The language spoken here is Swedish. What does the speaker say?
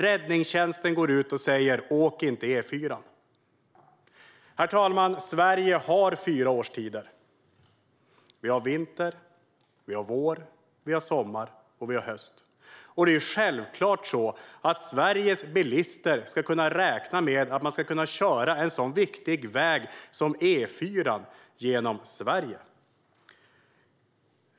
Räddningstjänsten går ut och säger: Åk inte E4:an. Herr talman! Sverige har fyra årstider: vinter, vår, sommar och höst. Det är självklart så att Sveriges bilister ska kunna räkna med att de ska kunna köra en så viktig väg som E4:an genom Sverige.